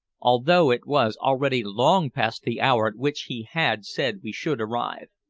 although it was already long past the hour at which he had said we should arrive.